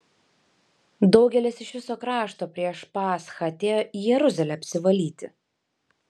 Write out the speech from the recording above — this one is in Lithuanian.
daugelis iš viso krašto prieš paschą atėjo į jeruzalę apsivalyti